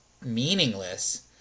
meaningless